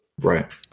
Right